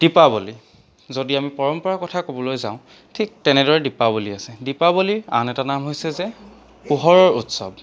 দীপাৱলী যদি আমি পৰম্পৰাৰ কথা ক'বলৈ যাওঁ ঠিক তেনেদৰে দীপাৱলী আছে দীপাৱলীৰ আন এটা নাম হৈছে যে পোহৰৰ উৎসৱ